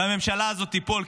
והממשלה הזאת תיפול,